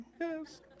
Yes